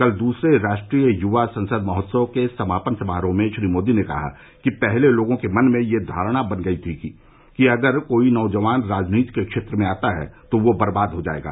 कल दूसरे राष्ट्रीय युवा संसद महोत्सव के समापन समारोह में श्री मोदी ने कहा कि पहले लोगों के मन में यह धारणा बन गई थी कि अगर कोई नौजवान राजनीति के क्षेत्र में आता है तो वह बर्बाद हो जायेगा